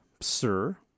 sir